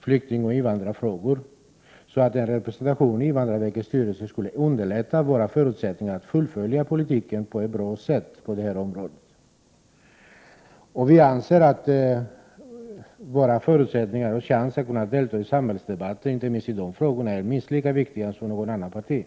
flyktingoch invandrarfrågor att en representation i invandrarverkets styrelse skulle underlätta våra förutsättningar att fullfölja politiken på ett bra sätt inom detta område. Vi anser att våra förutsättningar och chanser att delta i samhällsdebatten inte minst i invandrarfrågor är minst lika viktiga som något annat partis.